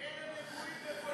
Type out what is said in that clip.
כי אלה נגועים בפוליטיקה.